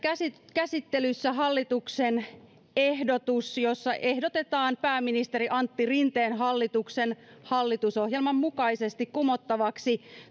käsittelyssä hallituksen ehdotus jossa ehdotetaan pääministeri antti rinteen hallituksen hallitusohjelman mukaisesti kumottavaksi